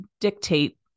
dictate